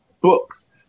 books